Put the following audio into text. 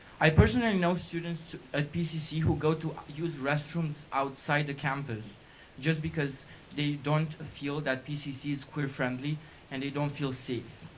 i personally know students at pcc who go to use restrooms outside the campus just because they don't feel that pcc's queer friendly and they don't feel safe.